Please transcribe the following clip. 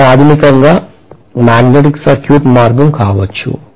ఇది ప్రాథమికంగా magnetic circuit మార్గం కావచ్చు